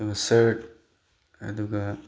ꯑꯗꯨꯒ ꯁꯥꯔꯠ ꯑꯗꯨꯒ